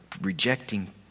Rejecting